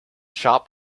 shop